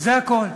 זה הכול.